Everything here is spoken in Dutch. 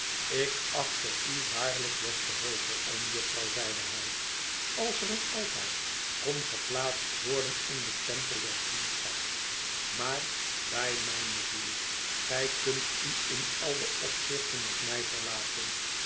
ik acht er u waarlijk des te hooger om jufvrouw zeide hij als er een altaar kon geplaatst worden in den tempel der vriendschap maar bij mijne ziel gij kunt u in alle opzichten op mij verlaten